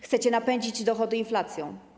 Chcecie napędzić dochody inflacją.